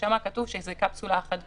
שם כתוב שזו קפסולה אחת בלבד.